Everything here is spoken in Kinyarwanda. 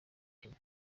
kenya